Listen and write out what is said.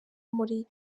muli